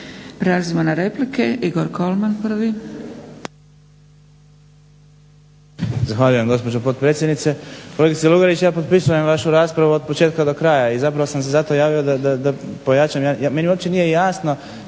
Prelazimo na replike, Igor Kolman prvi.